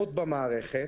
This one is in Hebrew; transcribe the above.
קיימות במערכת,